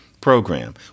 program